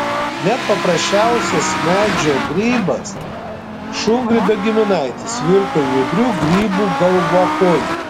net paprasčiausias medžio grybas šungrybio giminaitis virto judriu grybu galvakoju